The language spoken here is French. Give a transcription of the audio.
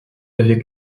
avez